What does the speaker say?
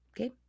Okay